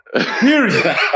period